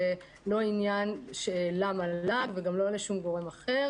אין מדובר בעניין שהמל"ג מתערב בו.